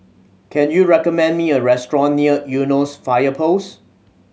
can you recommend me a restaurant near Eunos Fire Post